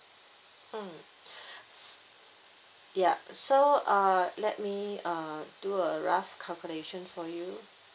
mm s~ yup so uh let me err do a rough calculation for you